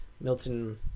Milton